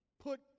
put